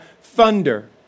thunder